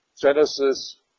Genesis